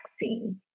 vaccine